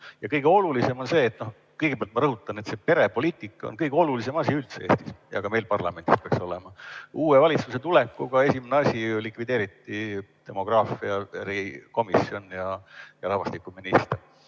ja kes hakkab seal vahendama. Kõigepealt ma rõhutan, et see perepoliitika on kõige olulisem asi üldse Eestis ja ka meil parlamendis peaks olema. Uue valitsuse tulekuga esimese asjana likvideeriti demograafia erikomisjon ja rahvastikuminister.